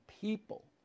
people